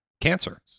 Cancer